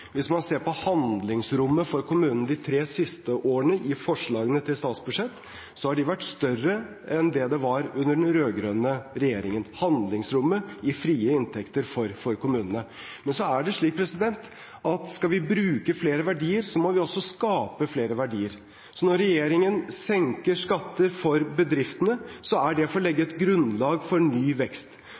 Hvis man ser på handlingsrommet i frie inntekter for kommunene de tre siste årene i forslagene til statsbudsjett, har det vært større enn det var under den rød-grønne regjeringen. Men det er slik at skal vi bruke flere verdier, må vi også skape flere verdier. Når regjeringen senker skatter for bedriftene, er det for å legge et grunnlag for ny vekst.